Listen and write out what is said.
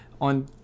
on